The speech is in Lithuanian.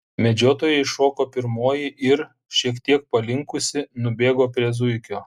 medžiotoja iššoko pirmoji ir šiek tiek palinkusi nubėgo prie zuikio